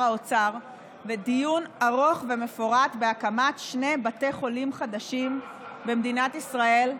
האוצר בדיון ארוך ומפורט בהקמת שני בתי חולים חדשים במדינת ישראל,